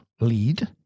lead